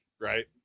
right